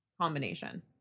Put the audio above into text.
combination